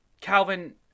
Calvin